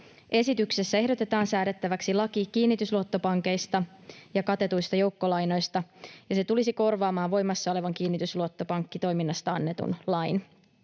Esityksessä ehdotetaan säädettäväksi laki kiinnitysluottopankeista ja katetuista joukkolainoista, ja se tulisi korvaamaan voimassa olevan kiinnitysluottopankkitoiminnasta annetun lain.